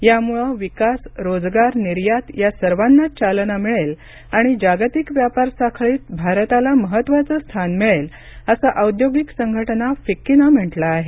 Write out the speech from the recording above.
यामुळे विकास रोजगार निर्यात या सर्वांनाच चालना मिळेल आणि जागतिक व्यापार साखळीत भारताला महत्त्वाचं स्थान मिळेल असं औद्योगिक संघटना फिक्कीनं म्हटलं आहे